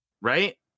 right